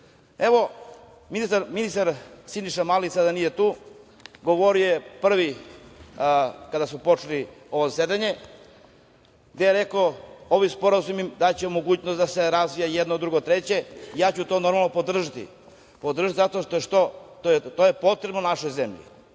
ministar Siniša Mali sada nije tu. Govorio je prvi kada je počelo ovo zasedanje, gde je rekao da će ovi sporazumi dati mogućnost da se razvija jedno, drugo treće. To ću ja, normalno, podržati. Podržati zato što je to potrebno našoj zemlji.